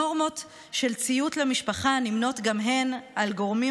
נורמות של ציות למשפחה נמנות גם הן עם הגורמים